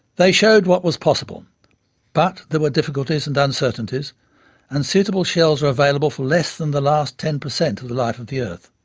they showed what was possible but there were difficulties and uncertainties and suitable shells are available for less than the last ten percent of the life of the earth.